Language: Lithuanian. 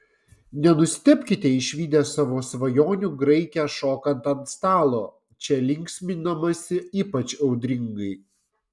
nenustebkite išvydę savo svajonių graikę šokant ant stalo čia linksminamasi ypač audringai